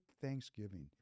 Thanksgiving